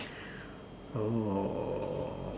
oh